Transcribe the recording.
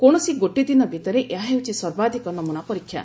କୌଣସି ଗୋଟିଏ ଦିନ ଭିତରେ ଏହା ହେଉଛି ସର୍ବାଧକ ନମୁନା ପରୀକ୍ଷା